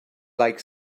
like